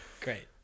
great